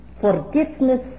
forgiveness